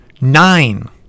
nine